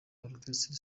orchestre